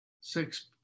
six